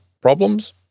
problems